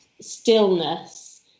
stillness